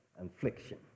infliction